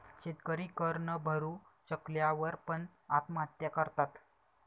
शेतकरी कर न भरू शकल्या वर पण, आत्महत्या करतात